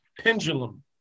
Pendulum